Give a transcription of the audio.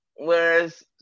Whereas